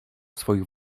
swoich